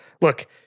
Look